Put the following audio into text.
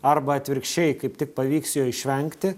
arba atvirkščiai kaip tik pavyks jo išvengti